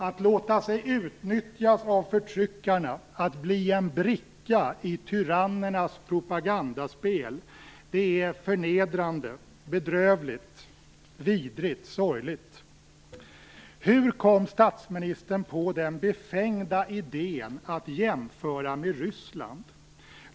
Att låta sig utnyttjas av förtryckarna och att bli en bricka i tyrannernas propagandaspel är förnedrande, bedrövligt, vidrigt och sorgligt. Hur kom statsministern på den befängda idén att jämföra med Ryssland?